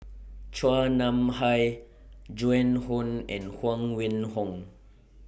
Chua Nam Hai Joan Hon and Huang Wenhong